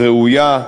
ראויה.